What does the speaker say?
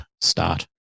start